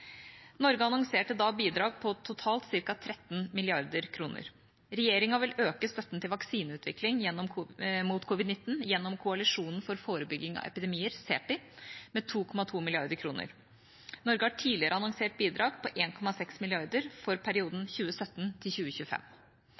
Norge annonserte da bidrag på totalt ca. 13 mrd. kr. Regjeringa vil øke støtten til vaksineutvikling mot covid-19 gjennom koalisjonen for forebygging av epidemier, CEPI, med 2,2 mrd. kr. Norge har tidligere annonsert bidrag på 1,6 mrd. kr for perioden 2017–2025. På toppmøtet annonserte statsministeren et nytt bidrag til